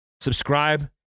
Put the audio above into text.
Subscribe